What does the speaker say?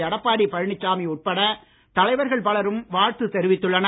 எடப்பாடி பழனிசாமி உட்பட தலைவர்கள் பலரும் வாழ்த்து தெரிவித்துள்ளனர்